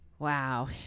Wow